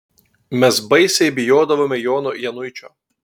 mes baisiai bijodavome jono januičio